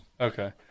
Okay